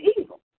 evil